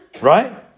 Right